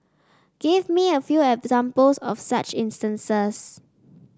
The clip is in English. give me a few examples of such instances